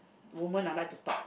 women are like to talk